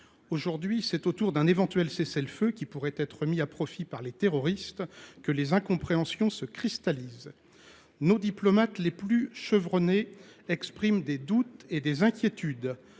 Aujourd’hui, c’est autour d’un éventuel cessez le feu, qui pourrait être mis à profit par les terroristes, que les incompréhensions se cristallisent. Nos diplomates les plus chevronnés expriment des doutes et inquiétudes.